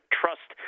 trust